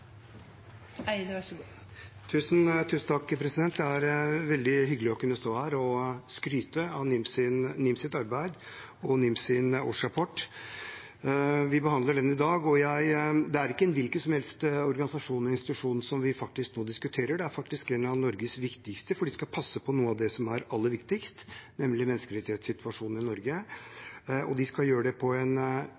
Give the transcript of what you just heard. veldig hyggelig å kunne stå her og skryte av NIMs arbeid og årsrapport. Vi behandler den i dag, og det er ikke en hvilken som helst organisasjon og institusjon vi nå diskuterer. Det er faktisk en av Norges viktigste, for de skal passe på noe av det som er aller viktigst, nemlig menneskerettighetssituasjonen i Norge.